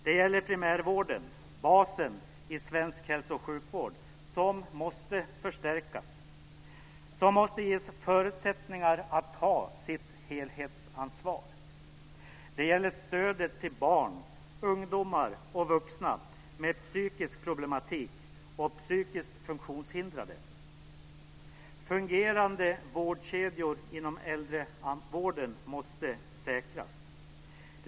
Det gäller primärvården - basen i svensk hälsooch sjukvård - som måste förstärkas och ges förutsättningar att ta sitt helhetsansvar. Det gäller stödet till barn, ungdomar och vuxna med psykiska problem och psykiskt funktionshindrade. Fungerande vårdkedjor inom äldrevården måste säkras.